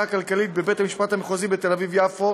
הכלכלית בבית המשפט המחוזי בתל אביב-יפו,